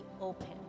open